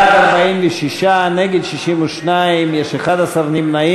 בעד, 46, נגד, 62, יש 11 נמנעים.